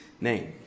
name